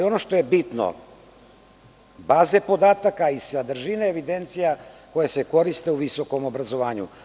Ono što je bitno baze podataka i sadržina evidencija koje se koriste u visokom obrazovanju.